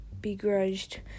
begrudged